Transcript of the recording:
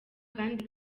kandi